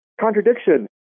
contradiction